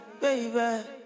baby